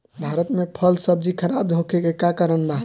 भारत में फल सब्जी खराब होखे के का कारण बा?